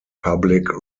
public